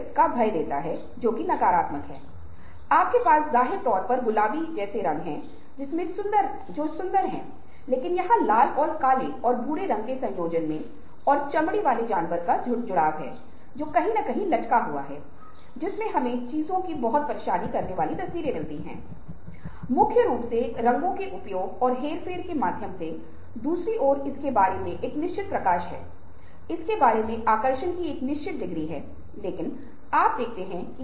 और इस तैयारी के बाद जब आपके पास विचार हैं तो विचारों के बैंकिंग या मस्तिष्क में विचारों की बुकिंग से हम समस्या के बारे में सोचते हैं